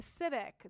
acidic